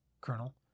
Colonel